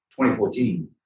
2014